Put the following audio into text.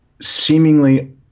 seemingly